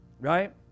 Right